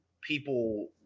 people